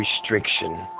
restriction